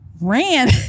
Ran